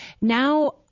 now